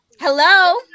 Hello